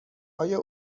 آیا